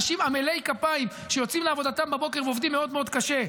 אנשים עמלי כפיים שיוצאים לעבודתם בבוקר ועובדים מאוד מאוד קשה,